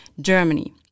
Germany